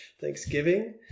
Thanksgiving